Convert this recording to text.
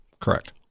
Correct